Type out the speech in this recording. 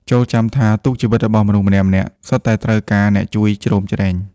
ចូរចាំថា ទូកជីវិតរបស់មនុស្សម្នាក់ៗ សុទ្ធតែត្រូវការអ្នកជួយជ្រោមជ្រែង។